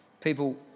People